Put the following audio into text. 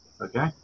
Okay